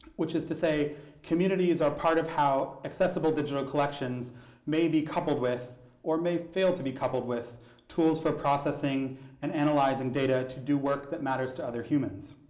which is to say that communities are part of how accessible digital collections may be coupled with or may failed to be coupled with tools for processing and analyzing data, to do work that matters to other humans.